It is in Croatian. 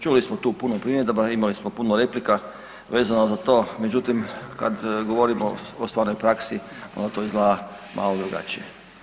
Čuli smo tu puno primjedaba, imali smo puno replika vezano za to, međutim kad govorimo o stvarnoj praksi onda to izgleda malo drugačije.